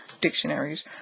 dictionaries